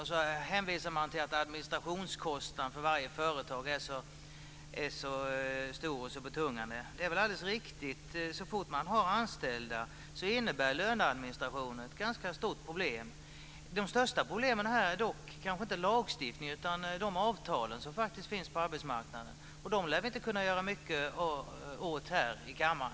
Sedan hänvisar man till att administrationskostnaden för varje företag är så betungande. Det är väl riktigt. Så fort man har anställda innebär löneadministration ett ganska stort problem. De största problemen är dock inte lagstiftningen utan de avtal som finns på arbetsmarknaden. Dem lär vi inte kunna göra mycket åt här i kammaren.